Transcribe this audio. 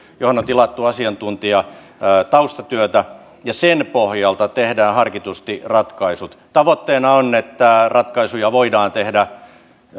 johon on tilattu asiantuntijataustatyötä ja sen pohjalta tehdään harkitusti ratkaisut tavoitteena on että ratkaisuja voidaan tehdä